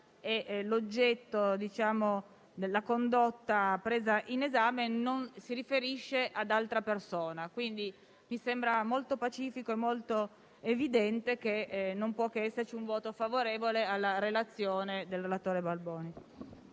e l'oggetto della condotta presa in esame si riferisce ad altra persona. Mi sembra quindi molto pacifico ed evidente che non può che esserci un voto favorevole alla proposta del relatore Balboni.